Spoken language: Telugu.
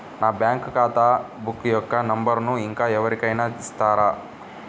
నా బ్యాంక్ ఖాతా బుక్ యొక్క నంబరును ఇంకా ఎవరి కైనా ఇస్తారా?